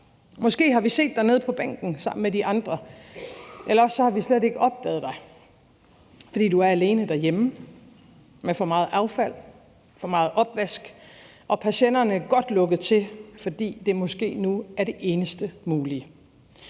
Måske har vi set dig nede på bænken sammen med de andre, eller også har vi slet ikke opdaget dig, fordi du er alene derhjemme med for meget affald, for meget opvask og persiennerne godt lukket til, fordi det måske nu er det eneste mulige.